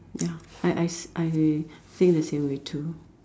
ya I I I say the same way too